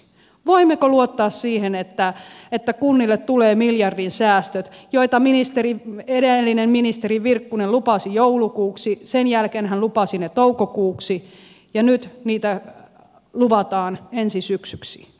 voimmeko luottaa siihen että kunnille tulee miljardin säästöt joita edellinen ministeri virkkunen lupasi joulukuuksi jotka hän sen jälkeen lupasi toukokuuksi ja joita nyt luvataan ensi syksyksi